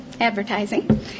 advertising